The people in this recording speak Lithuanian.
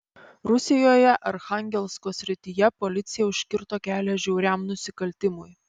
rusijoje archangelsko srityje policija užkirto kelią žiauriam nusikaltimui